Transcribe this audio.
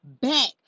back